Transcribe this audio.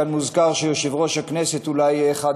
כאן מוזכר שיושב-ראש הכנסת יהיה אולי אחד האנשים.